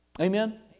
Amen